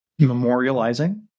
memorializing